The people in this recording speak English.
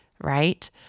right